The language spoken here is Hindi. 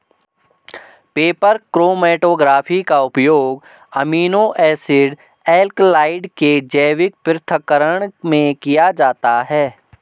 पेपर क्रोमैटोग्राफी का उपयोग अमीनो एसिड एल्कलॉइड के जैविक पृथक्करण में किया जाता है